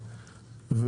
הספציפיים,